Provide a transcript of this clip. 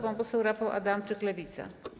Pan poseł Rafał Adamczyk, Lewica.